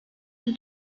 yüz